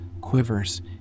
quivers